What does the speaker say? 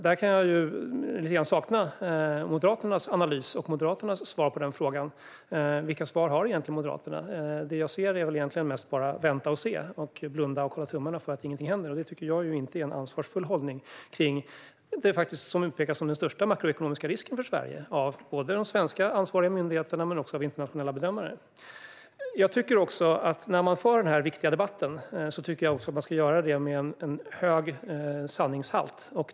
Där kan jag sakna Moderaternas analys och svar på den frågan. Vilka svar har egentligen Moderaterna? Det jag hör är mest att vi bara ska vänta och se och blunda och hålla tummarna för att ingenting händer. Det tycker inte jag är en ansvarsfull hållning till det som av både de svenska ansvariga myndigheterna och internationella bedömare utpekas som den största makroekonomiska risken för Sverige. När man för den här viktiga debatten tycker jag att man ska göra det med en hög sanningshalt.